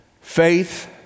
faith